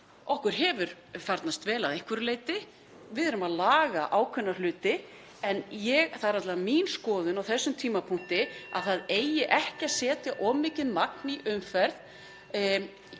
Okkur hefur farnast vel að einhverju leyti og erum að laga ákveðna hluti, (Forseti hringir.) en það er alla vega mín skoðun á þessum tímapunkti að það eigi ekki að setja of mikið magn í umferð